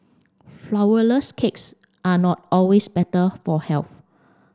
Flourless cakes are not always better for health